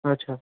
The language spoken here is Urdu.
اچھا